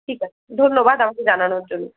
ঠিক আছে ধন্যবাদ আমাকে জানানোর জন্য